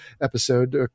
episode